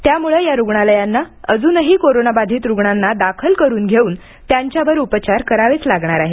त्यामुळं या रुग्णालयांना अजूनही कोरोनाबाधित रुग्णांना दाखल करून घेऊन त्यांच्यावर उपचार करावेच लागणार आहे